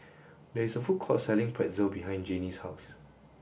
there is a food court selling Pretzel behind Janie's house